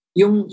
yung